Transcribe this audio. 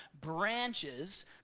branches